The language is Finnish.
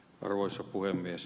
arvoisa puhemies